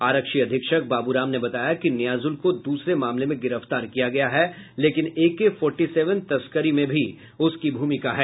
आरक्षी अधीक्षक बाबू राम ने बताया कि नियाजुल को दूसरे मामले में गिरफ्तार किया गया है लेकिन एके फोर्टीसेवन तस्करी में भी उसकी भूमिका है